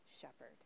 shepherd